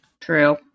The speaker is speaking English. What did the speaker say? True